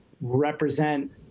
represent